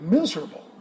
miserable